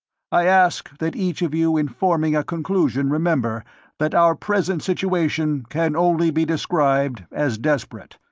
i ask that each of you in forming a conclusion remember that our present situation can only be described as desperate,